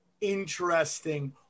interesting